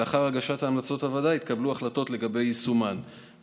לאחר הגשת המלצות הוועדה יתקבלו החלטות לגבי יישומן במערכת הבריאות.